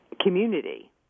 community